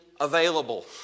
available